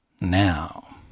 Now